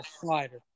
slider